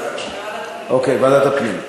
ועדת הפנים.